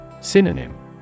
Synonym